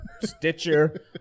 Stitcher